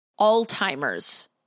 Alzheimer's